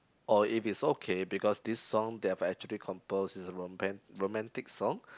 oh if it's okay because this song that I actually composed is a romantic song